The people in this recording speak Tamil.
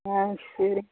ஆ சரி